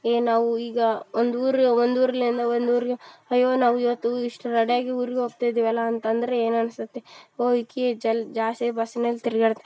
ಏನು ನಾವು ಈಗ ಒಂದು ಊರು ಒಂದು ಊರ್ನಿಂದ ಒಂದು ಊರಿಗೆ ಅಯ್ಯೋ ನಾವು ಇವತ್ತು ಇಷ್ಟು ರೆಡೆ ಆಗಿ ಊರಿಗೆ ಹೋಗ್ತಾ ಇದ್ದೀವಲ್ಲ ಅಂತಂದರೆ ಏನು ಅನ್ಸುತ್ತೆ ಓ ಈಕೆ ಜಲ್ ಜಾಸ್ತಿ ಬಸ್ನಲ್ಲಿ ತಿರ್ಗಾಡಿ